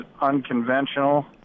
unconventional